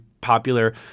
popular